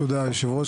תודה כבוד היושב ראש.